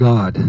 God